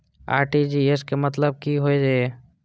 RTGS के मतलब की होय ये?